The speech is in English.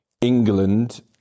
England